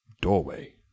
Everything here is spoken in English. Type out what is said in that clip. doorway